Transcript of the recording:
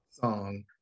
song